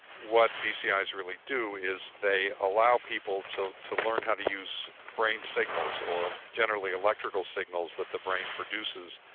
what bcis ah really do is, they allow people to to learn how to use brain signals, or generally electrical signals that the brain produces,